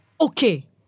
okay